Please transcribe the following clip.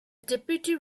deputy